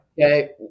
Okay